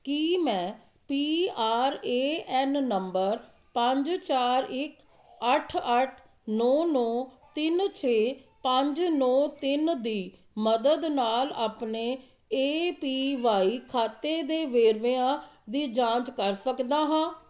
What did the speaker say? ਕੀ ਮੈਂ P R A N number ਪੰਜ ਚਾਰ ਇੱਕ ਅੱਠ ਅੱਠ ਨੌ ਨੌ ਤਿੰਨ ਛੇ ਪੰਜ ਨੌ ਤਿੰਨ ਦੀ ਮਦਦ ਨਾਲ ਆਪਣੇ ਏ ਪੀ ਵਾਈ ਖਾਤੇ ਦੇ ਵੇਰਵਿਆਂ ਦੀ ਜਾਂਚ ਕਰ ਸਕਦਾ ਹਾਂ